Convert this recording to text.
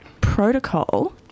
protocol